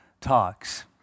talks